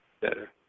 better